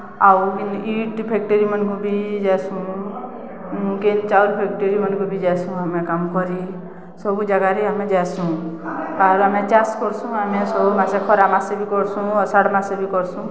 ଆଉ ବି ଇଟ୍ ଫେକ୍ଟରୀମାନ୍କୁ ବି ଯାଏସୁଁ କେନ୍ ଚାଉଲ୍ ଫେକ୍ଟରୀମାନ୍କୁ ବି ଯାଏସୁଁ ଆମେ କାମ୍ କରି ସବୁ ଜାଗାରେ ଆମେ ଯାଏସୁଁ ଆର୍ ଆମେ ଚାଷ୍ କର୍ସୁଁ ଆମେ ସବୁ ମାସେ ଖରା ମାସେ ବି କର୍ସୁଁ ଅଷାଡ଼ ମାସେ ବି କର୍ସୁଁ